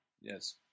Yes